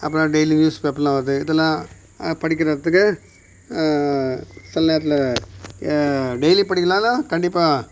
அப்புறம் daily news பேப்பர்லாம் வருது இதெல்லாம் படிக்கிறதுக்கு சில நேரத்தில் டெய்லி படிக்கலனாலும் கண்டிப்பாக